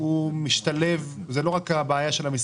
זה אירוע מאוד חשוב שמשפיע על כל איכות החיים שלנו.